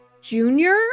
junior